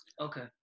Okay